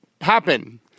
happen